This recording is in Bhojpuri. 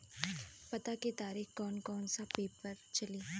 पता के खातिर कौन कौन सा पेपर चली?